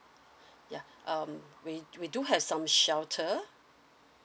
ya um we we do have some shelter